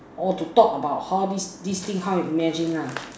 orh to talk about how this this thing how you imagine nah